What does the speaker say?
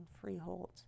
Freehold